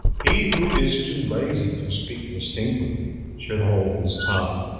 he who is too lazy to speak distinctly should hold his tongue.